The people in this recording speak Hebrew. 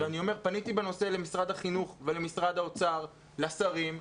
פניתי בנושא למשרד החינוך ולמשרד האוצר, לשרים,